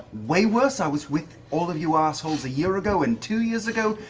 way worse. i was with all of you assholes a year ago, and two years ago,